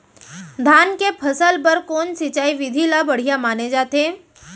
धान के फसल बर कोन सिंचाई विधि ला बढ़िया माने जाथे?